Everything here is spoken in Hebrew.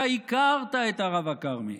אתה הכרת את הרב הכרמי,